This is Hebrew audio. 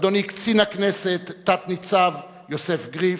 אדוני קצין הכנסת תת-ניצב יוסף גריף,